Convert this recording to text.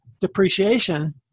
depreciation